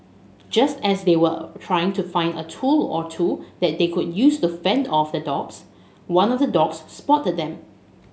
just as they were trying to find a tool or two that they could use to fend off the dogs one of the dogs spotted them